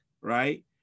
right